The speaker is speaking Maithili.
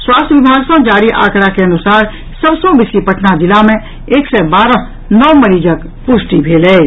स्वास्थ्य विभाग सँ जारी आंकड़ा के अनुसार सभ सँ बेसी पटना जिला मे एक सय बारह नव मरीजक पुष्टि भेल अछि